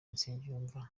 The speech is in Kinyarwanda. nsengiyumva